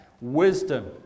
wisdom